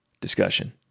discussion